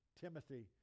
Timothy